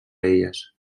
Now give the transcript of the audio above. elles